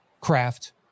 craft